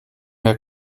her